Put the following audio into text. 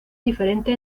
diferente